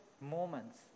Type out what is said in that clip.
moments